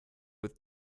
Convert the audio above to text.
with